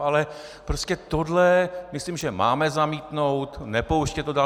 Ale prostě tohle myslím, že máme zamítnout, nepouštět to dál.